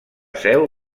seu